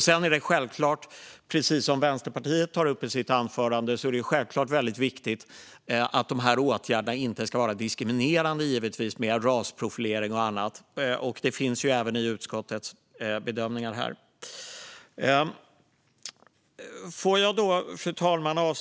Sedan är det, precis som Vänsterpartiet tar upp i sitt anförande, självklart väldigt viktigt att de här åtgärderna inte ska vara diskriminerande, med rasprofilering och annat. Detta finns även med i utskottets bedömningar. Fru talman!